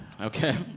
Okay